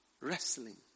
Wrestling